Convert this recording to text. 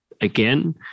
again